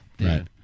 Right